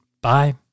Bye